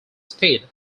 speed